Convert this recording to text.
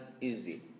easy